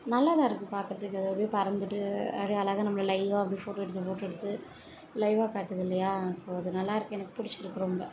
நல்லா தான் இருக்குது பார்க்குறதுக்கு அது அப்படியே பறந்துட்டு அப்படியே அழகா நம்மளை லைவாக அப்படியே ஃபோட்டோ எடுத்து ஃபோட்டோ எடுத்து லைவாக காட்டுது இல்லையா ஸோ அது நல்லா இருக்குது எனக்கு பிடிச்சிருக்கு ரொம்ப